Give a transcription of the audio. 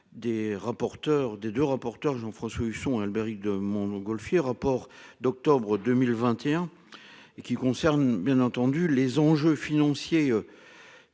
des 2 rapporteur Jean-François Husson, Albéric de Montgolfier rapport d'octobre 2021 et qui concerne bien entendu les enjeux financiers.